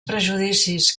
prejudicis